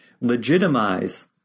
legitimize